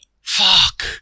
Fuck